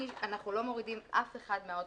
אנחנו לא מורידים אף אחד מהאוטובוס.